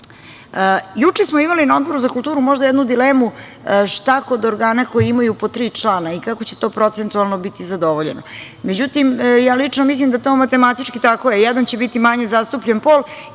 smo imali na Odboru za kulturu možda jednu dilemu – šta kod organa koji imaju po tri člana i kako će to procentualno biti zadovoljeno? Međutim, ja lično mislim da to matematički – jedan će biti manje zastupljen pol.